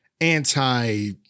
anti